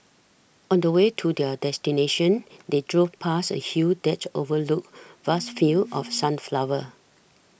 on the way to their destination they drove past a hill that overlooked vast fields of sunflowers